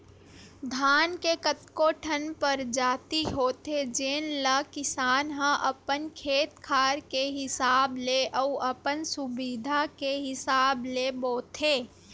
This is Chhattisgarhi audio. धान के कतको ठन परजाति होथे जेन ल किसान ह अपन खेत खार के हिसाब ले अउ अपन सुबिधा के हिसाब ले बोथे